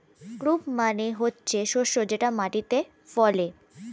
crop মানে হচ্ছে শস্য যেটা মাটিতে ফলে